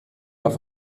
auf